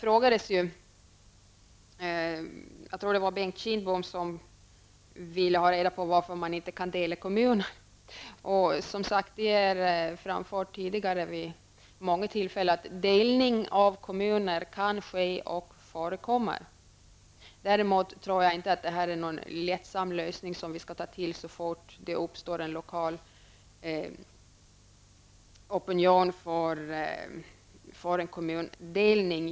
Jag tror det var Bengt Kindbom som ville ha reda på varför man inte kan dela kommuner. Det har sagts tidigare vid många tillfällen att delning av kommuner kan ske och förekommer. Jag tror däremot inte att detta är någon lättsam lösning som vi skall ta till så fort det uppstår en lokal opinion för en kommundelning.